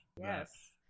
Yes